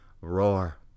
roar